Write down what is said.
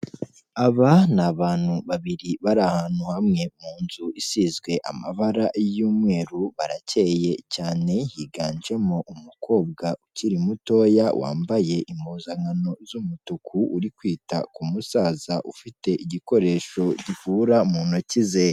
Aba ni abantu babiri bari ahantu hamwe mu nzu isizwe amabara y'umweru, barakeye cyane higanjemo umukobwa ukiri mutoya wambaye impuzankano z'umutuku uri kwita ku musaza ufite igikoresho kivura mu ntoki ze.